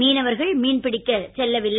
மீனவர்கள் மீன்பிடிக்கச் செல்லவில்லை